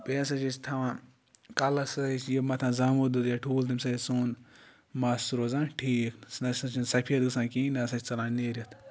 بیٚیہِ ہَسا چھِ أسۍ تھاوان کَلہٕ ہَسا چھِ یہِ مَتھان زامُت دۄد یا ٹھوٗل تٔمِس چھِ سون مَس روزان ٹھیٖک سُہ نَسا چھُنہٕ سفید گژھان کِہیٖنۍ نہ سا چھِ ژَلان نیٖرِتھ